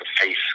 face